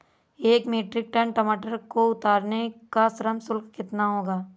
एक metric tonne टमाटर को उतारने का श्रम शुल्क कितना होगा?